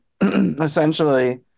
essentially